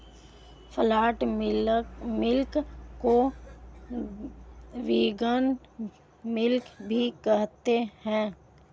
plant milk को vegan milk भी कहा जाता है